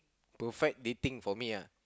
perfect dating for me lah